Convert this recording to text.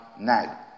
now